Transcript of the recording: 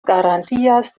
garantias